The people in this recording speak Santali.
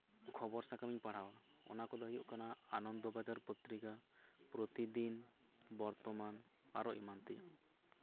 ᱠᱷᱚᱵᱚᱨ ᱥᱟᱠᱟᱢᱤᱧ ᱯᱟᱲᱦᱟᱣᱟ ᱚᱱᱟ ᱠᱚᱫᱚ ᱦᱩᱭᱩᱜ ᱠᱟᱱᱟ ᱟᱱᱚᱱᱫᱚ ᱵᱟᱡᱟᱨ ᱯᱚᱛᱨᱤᱠᱟ ᱯᱨᱚᱛᱤᱫᱤᱱ ᱵᱚᱨᱛᱚᱢᱟᱱ ᱟᱨᱚ ᱮᱢᱟᱱ ᱛᱮᱭᱟᱜ